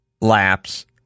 laps